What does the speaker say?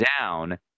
down